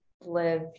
live